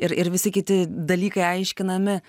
ir ir visi kiti dalykai aiškinami